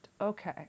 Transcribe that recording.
okay